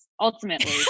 ultimately